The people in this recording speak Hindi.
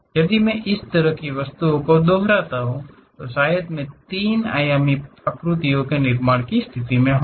यदि मैं इसी तरह की वस्तुओं को दोहराता हूं तो शायद मैं त्रि आयामी आकृतियों के निर्माण की स्थिति में रहूंगा